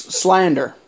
slander